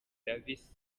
davis